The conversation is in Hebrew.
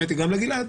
גם לגלעד,